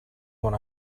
when